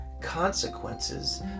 consequences